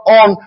on